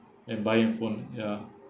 in buying handphone ya